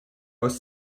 was